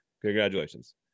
Congratulations